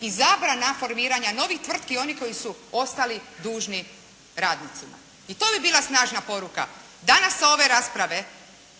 i zabrana formiranja novih tvrtki onih koji su ostali dužni radnicima. I to bi bila snažna poruka danas ove rasprave